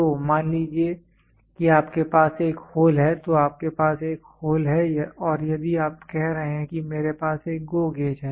तो मान लीजिए कि आपके पास एक होल है तो आपके पास एक होल है और यदि आप कह रहे हैं कि मेरे पास एक GO गेज है